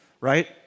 right